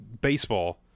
baseball